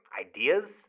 ideas